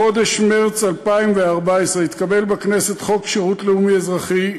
בחודש מרס 2014 התקבל בכנסת חוק שירות לאומי אזרחי.